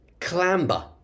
Clamber